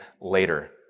later